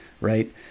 right